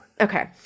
Okay